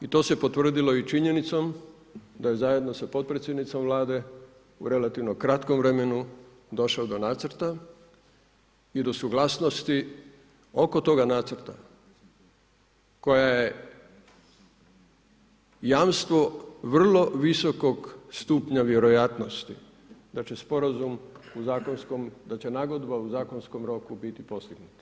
I to se potvrdilo i činjenicom da je zajedno sa potpredsjednicom Vlade u relativno kratkom vremenu došao do nacrta i do suglasnosti oko toga nacrta koja je jamstvo vrlo visokog stupnja vjerojatnosti da će sporazum u zakonskom, da će nagodba u zakonskom roku biti postignuta.